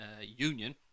Union